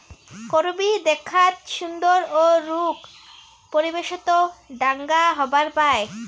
করবী দ্যাখ্যাত সুন্দর ও খুব রুক্ষ পরিবেশত ঢাঙ্গা হবার পায়